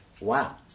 Wow